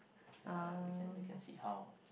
ya we can we can see how